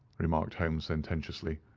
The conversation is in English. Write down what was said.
remarked holmes, sententiously.